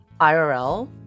IRL